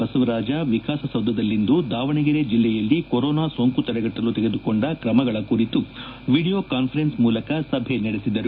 ಬಸವರಾಜ ವಿಕಾಸಸೌಧದಲ್ಲಿಂದು ದಾವಣಗೆರೆ ಜಿಲ್ಲೆಯಲ್ಲಿ ಕೊರೊನಾ ಸೋಂಕು ತಡೆಗಟ್ಟಲು ತೆಗೆದುಕೊಂಡ ಕ್ರಮಗಳ ಕುರಿತು ವಿಡಿಯೋ ಕಾನ್ಸರೆನ್ಸ್ ಮೂಲಕ ಸಭೆ ನಡೆಸಿದರು